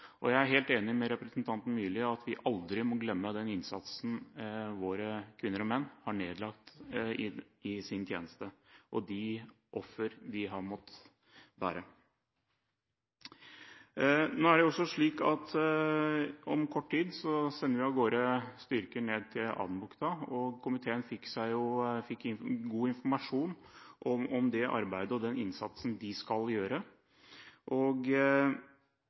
årene. Jeg er helt enig med representanten Myrli i at vi aldri må glemme den innsatsen våre kvinner og menn har nedlagt i sin tjeneste, og de offer de har måttet bære. Om kort tid sender vi av gårde styrker ned til Adenbukta. Komiteen fikk god informasjon om det arbeidet og den innsatsen de skal gjøre, og